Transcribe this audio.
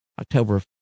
October